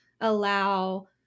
allow